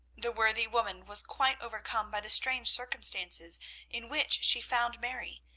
the worthy woman was quite overcome by the strange circumstances in which she found mary,